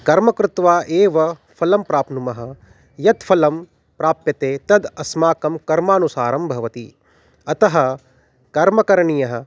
कर्मं कृत्वा एव फलं प्राप्नुमः यत् फलं प्राप्यते तद् अस्माकं कर्मानुसारं भवति अतः कर्मं करणीयः